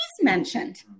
mentioned